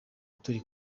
turi